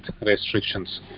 restrictions